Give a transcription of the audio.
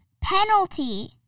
Penalty